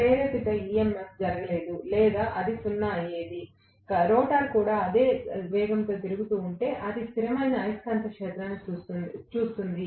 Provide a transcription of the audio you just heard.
ప్రేరేపిత EMF జరగలేదు లేదా అది 0 సున్నా అయ్యేది రోటర్ కూడా అదే వేగంతో తిరుగుతూ ఉంటే అది స్థిరమైన అయస్కాంత క్షేత్రాన్ని చూస్తుంది